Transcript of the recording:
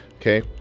Okay